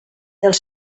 els